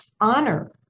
honor